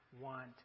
want